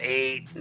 eight